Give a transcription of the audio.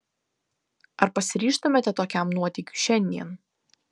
ar pasiryžtumėte tokiam nuotykiui šiandien